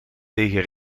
tegen